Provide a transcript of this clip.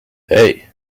hey